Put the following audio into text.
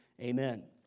amen